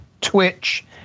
Twitch